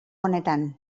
honetan